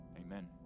amen